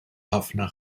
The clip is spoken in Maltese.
ħafna